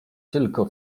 tylko